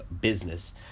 business